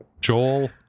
Joel